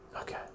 okay